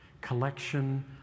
collection